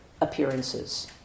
Appearances